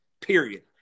period